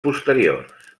posteriors